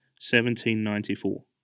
1794